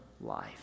life